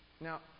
Now